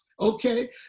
okay